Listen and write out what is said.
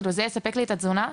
זה יהיה מספק עבור התזונה שלי?